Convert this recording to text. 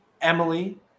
Emily